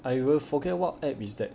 I will forget what app is that